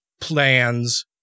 plans